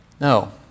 No